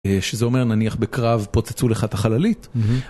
שזה אומר נניח בקרב פוצצו לך את החללית